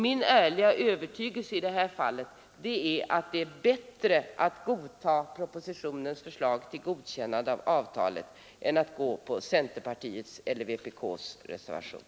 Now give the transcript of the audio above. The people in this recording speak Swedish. Min ärliga övertygelse är i detta fall att det är bättre att godta förslaget i propositionen om godkännande av avtalet än att rösta på centerns eller vpk:s reservation.